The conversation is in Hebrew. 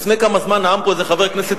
לפני כמה זמן נאם פה איזה חבר כנסת